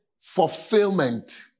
fulfillment